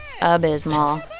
abysmal